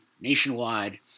Nationwide